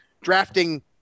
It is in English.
drafting